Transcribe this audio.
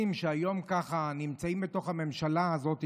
אנשים שנמצאים היום בתוך הממשלה הזאת,